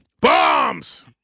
Bombs